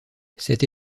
cette